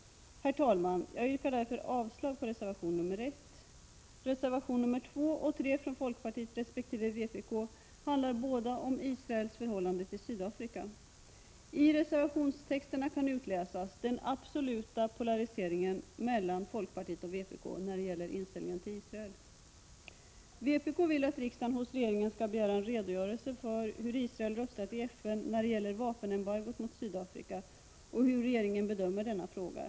Herr talman! Jag yrkar därför avslag på reservation 1. Reservationerna 2 och 3 från folkpartiet resp. vpk handlar båda om Israels förhållande till Sydafrika. I reservationstexterna kan utläsas den absoluta 105 polariseringen mellan folkpartiet och vpk när det gäller inställningen till Israel. Vpk vill att riksdagen hos regeringen skall begära en redogörelse för hur Israel har röstat i FN när det gäller vapenembargot mot Sydafrika och hur regeringen bedömer denna fråga.